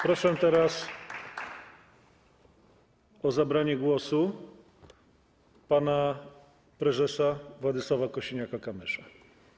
Proszę teraz o zabranie głosu pana prezesa Władysława Kosiniaka-Kamysza.